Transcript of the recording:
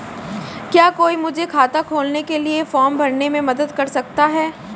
क्या कोई मुझे खाता खोलने के लिए फॉर्म भरने में मदद कर सकता है?